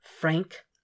Frank